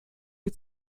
für